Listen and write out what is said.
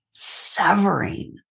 severing